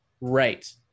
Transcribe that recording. Right